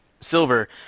Silver